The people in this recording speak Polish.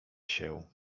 się